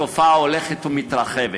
התופעה הולכת ומתרחבת,